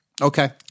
Okay